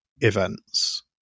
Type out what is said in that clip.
events